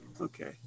Okay